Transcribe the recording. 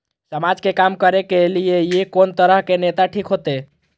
समाज के काम करें के ली ये कोन तरह के नेता ठीक होते?